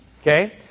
okay